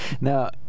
Now